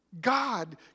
God